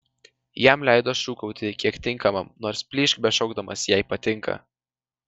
jam leido šūkauti kiek tinkamam nors plyšk bešaukdamas jei patinka